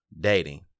dating